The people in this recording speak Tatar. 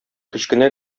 кечкенә